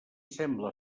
sembla